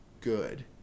good